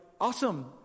awesome